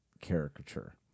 caricature